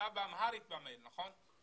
בכתב באמהרית במייל, נכון?